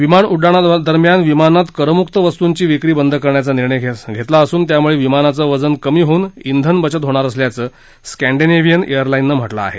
विमानउड्डाणादरम्यान विमानात करमुक्त वस्तूंची विक्री बंद करण्याचा निर्णय घेतला असून त्यामुळे विमानाचं वजन कमी होऊन श्विन बचत होणार असल्याचं स्कँडिनेव्हियन एअरलाईननं म्हटलं आहे